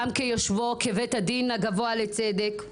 גם כיושבו כבית הדין הגבוה לצדק.